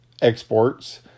exports